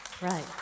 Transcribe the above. Right